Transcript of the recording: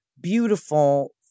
beautiful